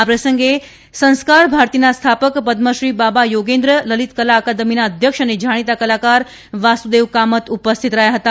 આ પ્રસંગે સંસ્કાર ભારતીના સ્થાપક પદ્મ શ્રી બાબા યોગેન્દ્ર લલિત કલા અકાદમીના અધ્યક્ષ અને જાણીતા કલાકાર વાસુદેવ કામત ઉપરેસ્થત રહ્યા હતા